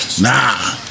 Nah